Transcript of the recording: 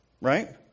right